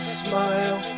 smile